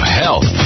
health